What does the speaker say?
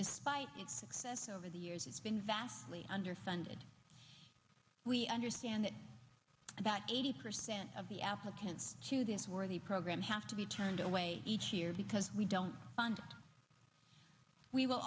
despite its success over the years it's been vastly underfunded we understand that about eighty percent of the applicants to this worthy program have to be turned away each year because we don't w